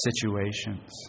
situations